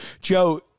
Joe